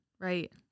right